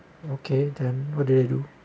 okay then what do you do